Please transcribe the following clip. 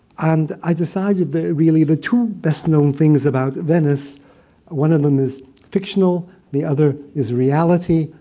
and i decided that really the two best-known things about venice one of them is fictional, the other is reality,